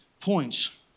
points